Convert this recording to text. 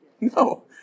No